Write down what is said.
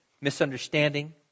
misunderstanding